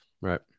Right